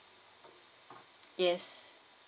yes